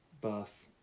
buff